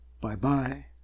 Bye-bye